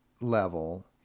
level